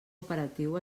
operatiu